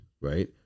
Right